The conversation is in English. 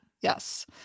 Yes